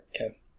Okay